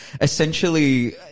Essentially